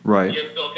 Right